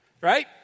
Right